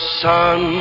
sun